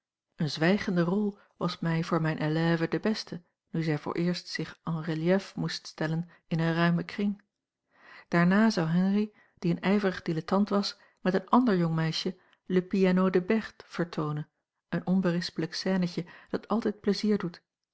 een zwijgende rol was mij voor mijne élève de beste nu zij vooreerst zich en relief moest stellen in een ruimen kring daarna zou henri die een ijverig dilettant was met een ander jong meisje le piano de berthe vertoonen een onberispelijk scènetje dat altijd pleizier doet